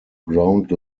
ground